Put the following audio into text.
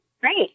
Great